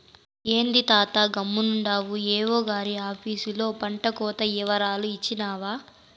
ఏంది తాతా గమ్మునుండావు ఏవో గారి ఆపీసులో పంటకోత ఇవరాలు ఇచ్చినావా